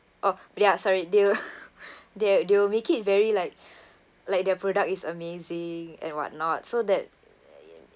oh ya sorry they'll they they will make it very like like their product is amazing and whatnot so that